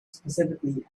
specifically